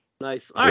Nice